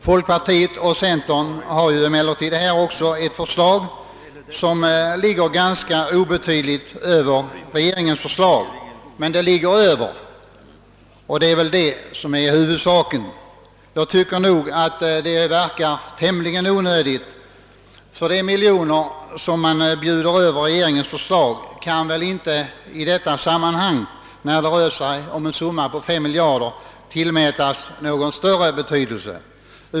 Folkpartiet och centern har emellertid också ett eget förslag som ligger obetydligt över regeringens, men som dock ligger över — det är väl huvudsaken. Jag tycker att detta förslag verkar tämligen onödigt, ty de miljoner med vilka man bjudit över regeringens förslag kan inte i detta sammanhang, där det rör sig om sammanlagda utgifter på 5 miljarder kronor, tillmätas någon större betydelse.